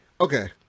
Okay